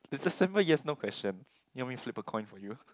is a simple yes no question need me flipped a coin for you